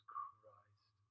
Christ